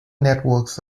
networks